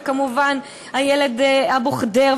וכמובן הילד אבו ח'דיר,